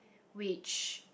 which